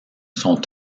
sont